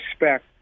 respect